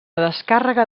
descàrrega